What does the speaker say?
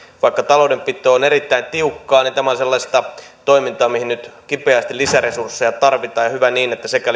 vaikka taloudenpito on erittäin tiukkaa tämä on sellaista toimintaa mihin nyt kipeästi lisäresursseja tarvitaan hyvä niin että sekä